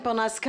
איתן פרנס,